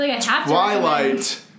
Twilight